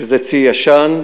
שזה צי ישן,